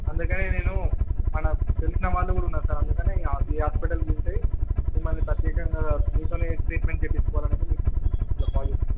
అందుకని నేను మన తెలిసిన వాళ్ళు కూడా ఉన్నారు సార్ అందుకని ఇక ఈ హాస్పిటల్ చూసి మిమ్మల్ని ప్రత్యేకంగా మీతోనే ట్రీట్మెంట్ చెయ్యించుకోవాలని మీకు ఇలా కాల్ చేస్తున్నాను సార్